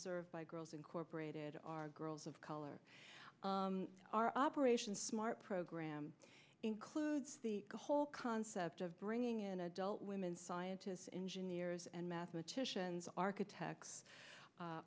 served by girls incorporated are girls of color are operation smart program includes the whole concept of bringing in adult women scientists engineers and mathematicians architects